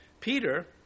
Peter